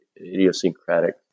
idiosyncratic